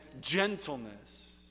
gentleness